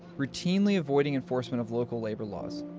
routinely avoiding enforcement of local labor laws.